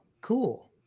cool